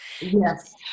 Yes